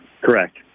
Correct